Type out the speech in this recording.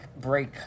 break